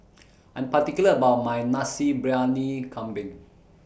I'm particular about My Nasi Briyani Kambing